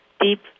deep